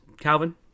Calvin